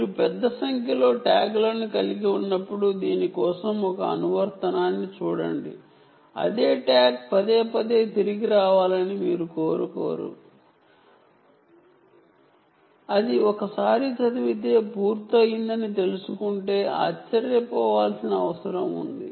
మీరు పెద్ద సంఖ్యలో ట్యాగ్లను కలిగి ఉన్నప్పుడు దీని కోసం ఒక అప్లికేషన్ ని చూడండి అదే ట్యాగ్ పదేపదే తిరిగి రావాలని మీరు కోరుకోరు అది ఒకసారి చదివితే అది పూర్తయిందని తెలుసుకుని దానిని సప్రెస్ చేయాల్సిన అవసరం ఉంది